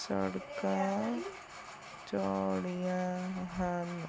ਸੜਕਾਂ ਚੌੜੀਆਂ ਹਨ